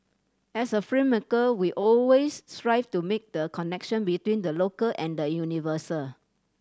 as a filmmaker we always strive to make the connection between the local and the universal